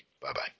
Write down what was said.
Bye-bye